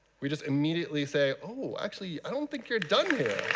we just immediately say oh actually, i don't think you're done here.